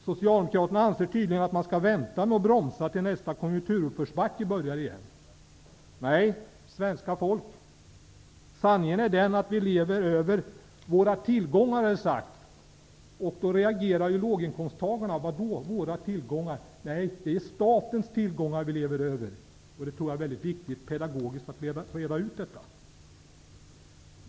Socialdemokraterna anser tydligen att man skall vänta med att bromsa till dess att nästa konjunkturuppförsbacke börjar. Det sägs ju att sanningen är den att det svenska folket lever över sina tillgångar. Då reagerar låginkomstagarna och undrar om de lever över sina tillgångar. Nej, det är statens tillgångar vi lever över. Jag tror att det pedagogiskt är väldigt viktigt att reda ut detta.